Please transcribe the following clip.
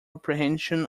apprehension